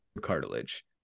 cartilage